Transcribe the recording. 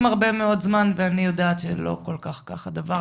הרבה מאוד זמן ואני יודעת שלא כל כך כך הדבר,